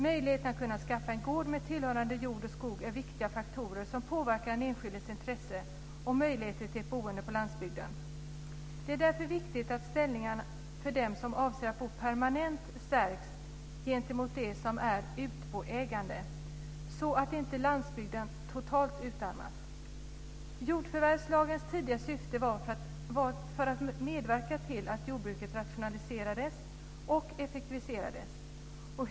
Möjligheten att kunna skaffa en gård med tillhörande gård och skog är viktiga faktorer som påverkar den enskildes intresse och möjligheter till ett boende på landsbygden. Det är därför viktigt att ställningen för dem som avser att bo permanent stärks gentemot dem som är utboägande så att inte landsbygden totalt utarmas. Jordförvärvslagen tidiga syfte vad att medverka till att jordbruket rationaliserade och effektiviserades.